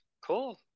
cool